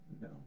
No